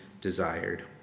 desired